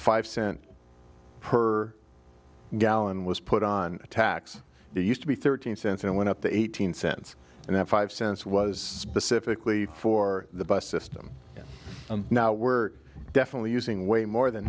five cent per gallon was put on a tax used to be thirteen cents and went up to eighteen cents and that five cents was specifically for the bus system and now we're definitely using way more than